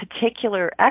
particular